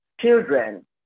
children